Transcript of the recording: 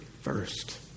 first